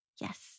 Yes